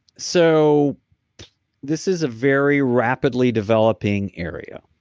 so this is a very rapidly developing area.